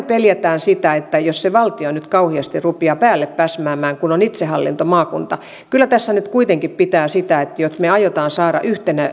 peljätään sitä että jos se valtio nyt kauhiasti rupiaa päällepäsmäämään kun on itsehallintomaakunta kyllä tässä nyt kuitenkin jos me aiomme saada